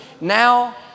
Now